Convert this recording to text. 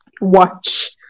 watch